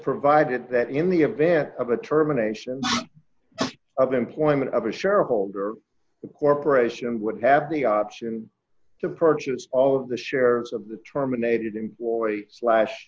provided that in the event of a terminations of employment of a shareholder the corporation would have the option to purchase all of the shares of the terminated employee slash